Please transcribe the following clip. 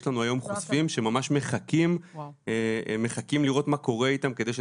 יש לנו היום חושפים שהם ממש מחכים לראות מה קורה איתם על מנת